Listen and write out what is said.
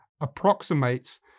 approximates